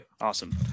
awesome